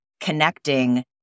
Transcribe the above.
connecting